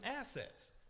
assets